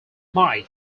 mike